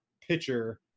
pitcher